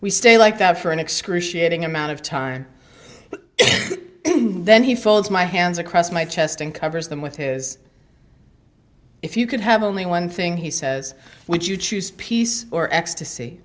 we stay like that for an excruciating amount of time then he folds my hands across my chest and covers them with his if you could have only one thing he says which you choose peace or ecstasy